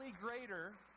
greater